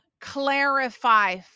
clarify